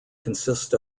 consist